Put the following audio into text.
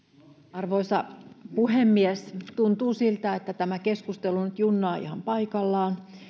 arvoisa puhemies tuntuu siltä että tämä keskustelu nyt junnaa ihan paikallaan